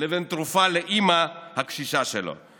בבוקר לבין תרופה לאימא הקשישה שלו,